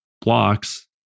blocks